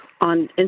on